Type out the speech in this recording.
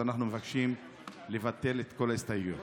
אנחנו מבקשים לבטל את כל ההסתייגויות.